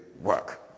work